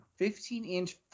15-inch